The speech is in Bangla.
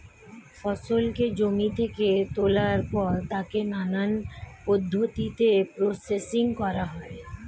ফসলকে জমি থেকে তোলার পর তাকে নানান পদ্ধতিতে প্রসেসিং করা হয়